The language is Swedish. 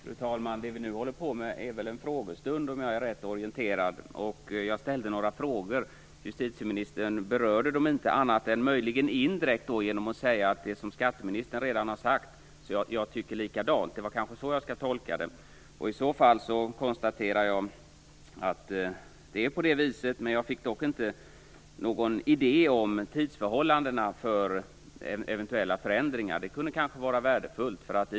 Fru talman! Om jag är rätt orienterad är det här väl en frågestund. Jag ställde några frågor, men justitieministern berörde dem inte annat än möjligen indirekt genom att säga att hon tycker likadant som skatteministern. Det är kanske på det viset jag skall tolka det. I så fall konstaterar jag att det är så. Jag fick dock inte någon idé om tidsförhållandena när det gäller eventuella förändringar. Det kunde vara värdefullt att få.